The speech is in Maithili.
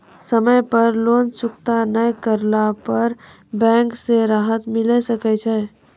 समय पर लोन चुकता नैय करला पर बैंक से राहत मिले सकय छै?